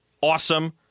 awesome